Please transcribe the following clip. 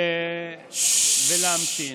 ולהמתין.